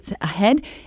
ahead